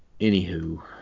anywho